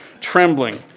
Trembling